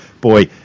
boy